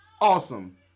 awesome